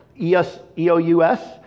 E-O-U-S